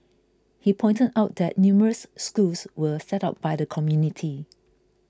he pointed out that numerous schools were set up by the community